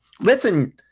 listen